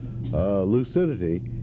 lucidity